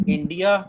India